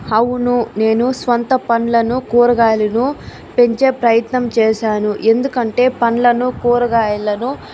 అవును నేను స్వంత పండ్లను కురగాయలనూ పెంచే ప్రయత్నం చేశాను ఎందుకంటే పండ్లను కురగాయలను